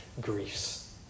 griefs